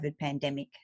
pandemic